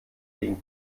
wegen